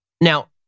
Now